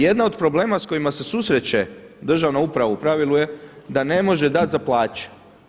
Jedan od problema sa kojima se susreće državna uprava u pravilu je da ne može dati za plaće.